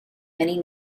many